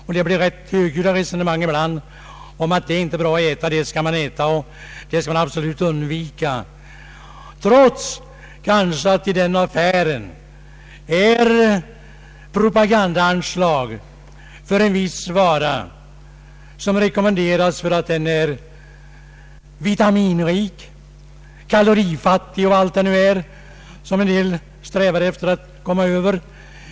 Ibland blir det rätt högljudda resonemang om att det inte är bra att äta, det skall man äta, det skall man absolut undvika — trots att det kanske i affären finns anslag med propaganda för en viss vara, som rekommenderas för att den är vitaminrik eller kalorifattig, vilket en del önskar.